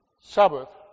Sabbath